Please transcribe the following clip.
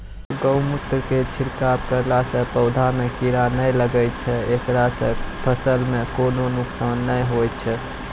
गोमुत्र के छिड़काव करला से पौधा मे कीड़ा नैय लागै छै ऐकरा से फसल मे कोनो नुकसान नैय होय छै?